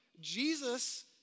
Jesus